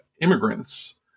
immigrants